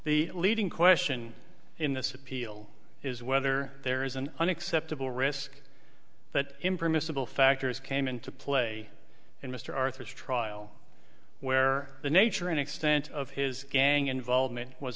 the leading question in this appeal is whether there is an unacceptable risk but impermissible factors came into play in mr arthurs trial where the nature and extent of his gang involvement was